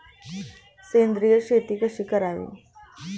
सेंद्रिय शेती कशी करावी?